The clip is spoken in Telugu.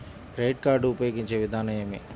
క్రెడిట్ కార్డు ఉపయోగించే విధానం ఏమి?